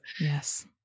Yes